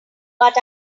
but